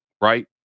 right